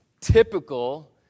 Typical